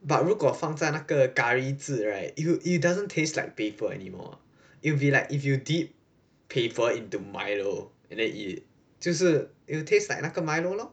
but 如果放在那个 curry 汁 right it it doesn't taste like paper anymore it'll be like if you dip paper into milo and then eat 就是 it'll taste like 那个 milo lor